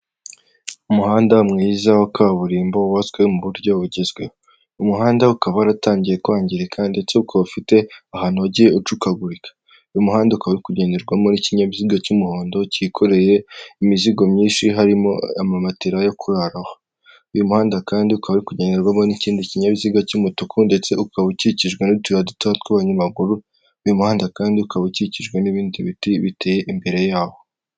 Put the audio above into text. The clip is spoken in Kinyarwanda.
Umuhanda mwiza wa kaburimbo wubatswe mu buryo bugezweho umuhanda ukaba waratangiye kwangirika ndetse ukaba ufite ahantuwagiy ucukagurika uyu muhanda ukaba kugenderwamo n'ikinyabiziga cy'umuhondo cyikoreye imizigo myinshi harimo amamatera yo kuraraho uyu muhanda kandi ukaba uri kugenderwamo n'ikindi kinyabiziga cy'umutuku ndetse ukaba ukikijwe n'utuyira dutoya tw'abanyamaguru uyu muhanda kandi ukaba ukikijwe n'ibindi biti biteye imbere yawo.